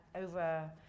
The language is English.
over